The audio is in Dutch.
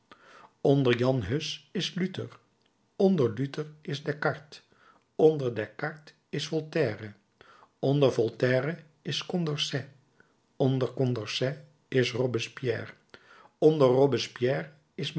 onder jan huss is luther onder luther is descartes onder descartes is voltaire onder voltaire is condorcet onder condorcet is robespierre onder robespierre is